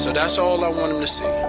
so that's all and i want him to see.